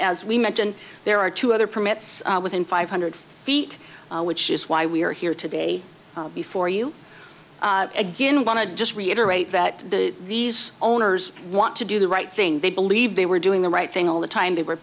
as we mentioned there are two other permits within five hundred feet which is why we are here today before you again want to just reiterate that these owners want to do the right thing they believe they were doing the right thing all the time they were